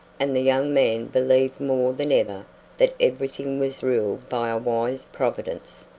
and the young man believed more than ever that everything was ruled by a wise providence,